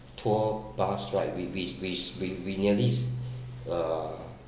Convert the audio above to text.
tour bus right we we we we nearly uh